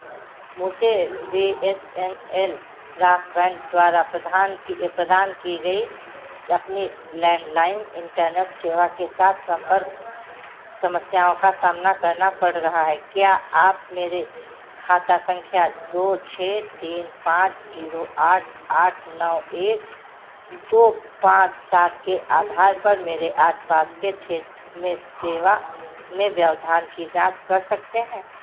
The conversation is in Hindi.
मुझे B S N L broadband द्वारा प्रदान की गई अपनी लैंडलाइन इंटरनेट सेवा के साथ संपर्क समस्याओं का सामना करना पड़ रहा है क्या आप मेरे खाता संख्या दो छः तीन पाँच जीरो आठ आठ नौ एक दो पाँच सात के आधार पर मेरे आस पास के क्षेत्र में सेवा में व्यवधान की जाँच कर सकते हैं